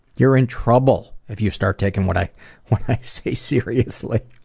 you're in trouble if you start taking what i say seriously.